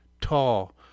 tall